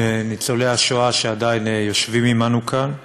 ניצולי השואה שעדיין יושבים עמנו כאן,